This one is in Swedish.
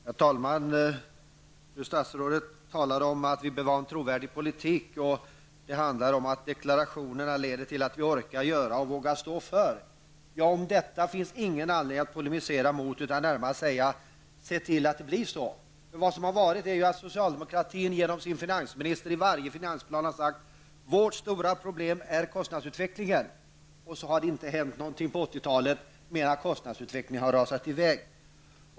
Herr talman! Fru statsrådet talar om att vi bör ha en trovärdig politik och att deklarationerna bör leda till att ''vi orkar göra'' och ''vi vågar stå för''. Detta finns det ingen anledning att polemisera mot utan bara att säga: Se till att det blir så! Socialdemokratin har genom sin finansminister i varje finansplan sagt att det stora problemet är kostnadsutvecklingen. Och så har det inte hänt någonting på 1980-talet mer än att kostnadsutvecklingen har rusat i väg.